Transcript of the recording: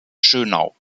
schönau